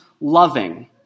loving